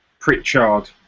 Pritchard